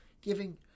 giving